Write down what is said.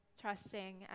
trusting